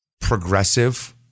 progressive